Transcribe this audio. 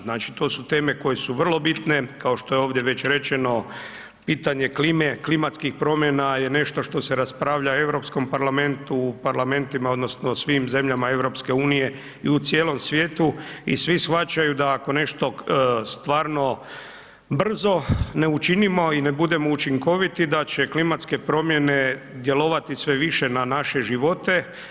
Znači to su teme koje su vrlo bitne, kao što je ovdje već rečeno, pitanje klime, klimatskih promjena je nešto što se raspravlja u EU parlamentu, u parlamentima odnosno svim zemljama EU i u cijelom svijetu i svi shvaćaju da ako nešto stvarno brzo ne učinimo i ne budemo učinkoviti da će klimatske promjene djelovati sve više na naše živote.